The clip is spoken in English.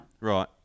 Right